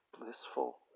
blissful